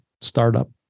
startup